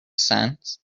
sense